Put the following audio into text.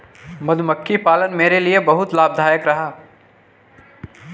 मधुमक्खी पालन मेरे लिए बहुत लाभदायक रहा है